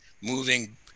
moving